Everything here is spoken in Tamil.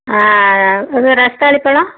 ஆ இது ரஸ்த்தாலி பழம்